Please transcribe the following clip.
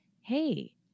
Hey